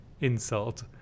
insult